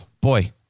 boy